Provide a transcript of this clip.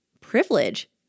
privilege